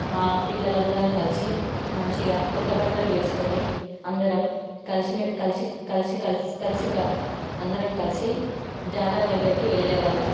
మా పిల్లలందరం కలిసి మంచిగా కొత్త బట్టలు వేసుకొని అందరం కలిసి కలిసి కలిసి కలిసి అందరం కలిసి జాతర దగ్గరికి వెళ్ళే వాళ్ళం